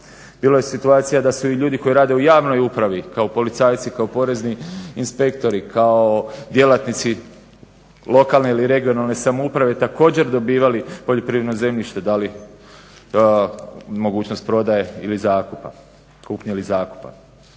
Bilo je situacija da su i ljudi koji rade u javnoj upravi kao policajci, kao porezni inspektori, kao djelatnici lokalne ili regionalne samouprave također dobivali poljoprivredno zemljište da li mogućnost prodaje ili zakupa, kupnje ili zakupa.